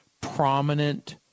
prominent